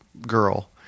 girl